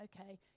okay